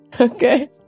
Okay